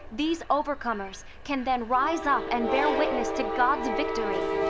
these overcomers can then rise up and bear witness to god's victory.